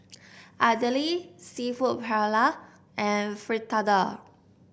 Idili seafood Paella and Fritada